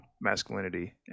masculinity